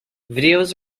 videos